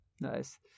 Nice